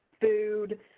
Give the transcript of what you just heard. food